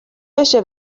بشه